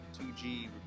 2g